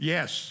Yes